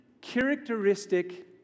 characteristic